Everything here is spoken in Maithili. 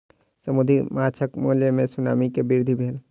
समुद्री माँछक मूल्य मे सुनामी के बाद वृद्धि भेल